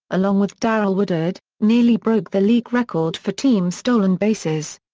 along with darrell woodard, nearly broke the league record for team stolen bases.